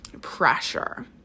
pressure